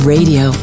Radio